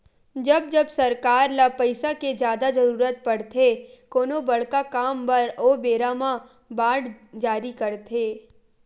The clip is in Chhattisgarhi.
जब जब सरकार ल पइसा के जादा जरुरत पड़थे कोनो बड़का काम बर ओ बेरा म बांड जारी करथे